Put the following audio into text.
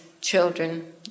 children